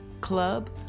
club